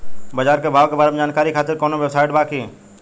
बाजार के भाव के बारे में जानकारी खातिर कवनो वेबसाइट बा की?